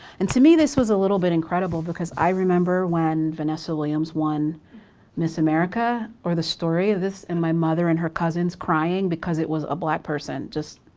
and to me this was a little bit incredible because i remember when vanessa williams won miss america or the story of this and my mother and her cousins crying because it was a black person. just,